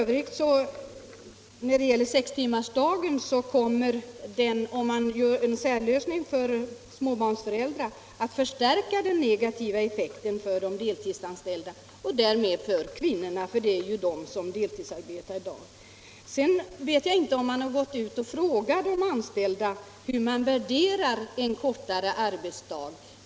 Vad sedan avser sextimmarsdagen kommer en särlösning för småbarnsföräldrar att förstärka den negativa effekten för de deltidsanställda och därmed för kvinnorna, eftersom det är de som deltidsarbetar i dag. Jag vet vidare inte om man har gått ut och frågat de anställda hur de värderar en kortare arbetsdag.